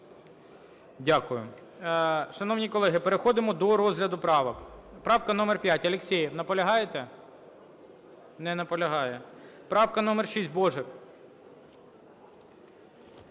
Дякую. Шановні колеги, переходимо до розгляду правок. Правка номер 5, Алєксєєв. Наполягаєте? Не наполягає. Правка номер 6, Божик.